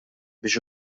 biex